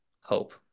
hope